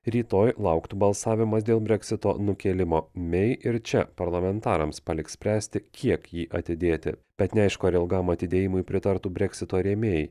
rytoj lauktų balsavimas dėl breksito nukėlimo mei ir čia parlamentarams paliks spręsti kiek jį atidėti bet neaišku ar ilgam atidėjimui pritartų breksito rėmėjai